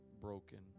broken